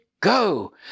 go